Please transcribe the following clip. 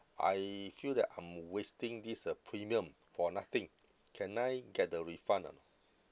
I feel that I'm wasting this uh premium for nothing can I get the refund or not